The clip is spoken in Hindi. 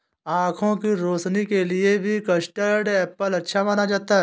आँखों की रोशनी के लिए भी कस्टर्ड एप्पल अच्छा माना जाता है